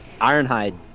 ironhide